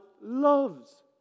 loves